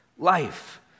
life